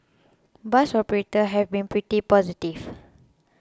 bus operators have been pretty positive